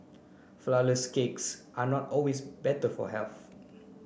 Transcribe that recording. flour less cakes are not always better for health